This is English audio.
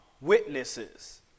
witnesses